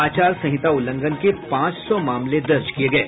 आचार संहिता उल्लंघन के पांच सौ मामले दर्ज किये गये